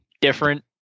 different